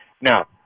Now